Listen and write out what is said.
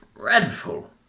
dreadful